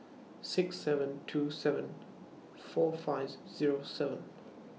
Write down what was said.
six seven two seven four five Zero seven